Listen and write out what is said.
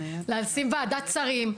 לשים ועדת שרים,